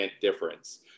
difference